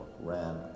ran